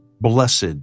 Blessed